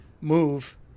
move